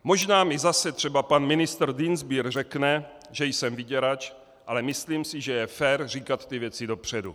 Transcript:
Možná mi zase třeba pan ministr Dienstbier řekne, že jsem vyděrač, ale myslím si, že je fér říkat ty věci dopředu.